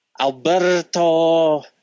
Alberto